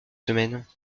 semaines